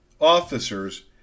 officers